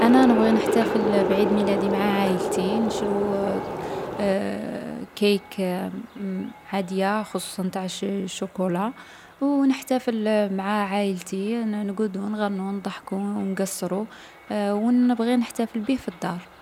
أنا نبغي نحتفل بعيد ميلادي مع عايلتي. نشرو كيك مـ عادية خصوصا تاع الشـ الشوكولا و نحتفل مع عايلتي نـ نقعدو نغنو، نضحكو و نقصرو. و نبغي نحتفل بيه في الدار.